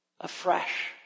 afresh